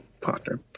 partner